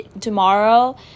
tomorrow